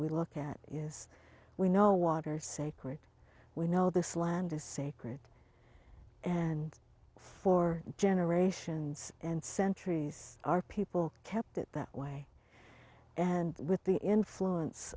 we look at yes we know water sacred we know this land is sacred and for generations and centuries our people kept it that way and with the influence